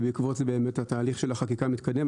ובעקבות זה באמת התהליך של החקיקה מתקדם.